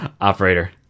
Operator